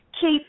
Keep